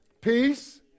peace